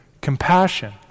compassion